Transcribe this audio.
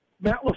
Matt